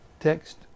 Text